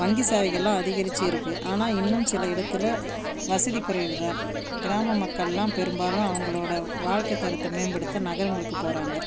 வங்கி சேவைகள்லாம் அதிகரித்து இருக்குது ஆனால் இன்னும் சில இடத்தில் வசதி குறைவு தான் கிராம மக்கள்லாம் பெரும்பாலும் அவங்களோட வாழ்க்கைத்தரத்தை மேம்படுத்த நகரங்களுக்கு போகிறாங்க